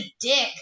dick